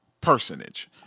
personage